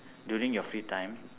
during your free time